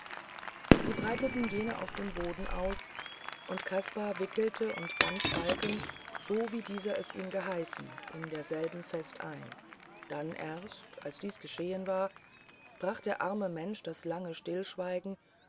sie breiteten jene auf dem boden aus und kaspar wickelte und band falken so wie dieser es ihn geheißen in derselben fest ein dann erst als dies geschehen war brach der arme mensch das lange stillschweigen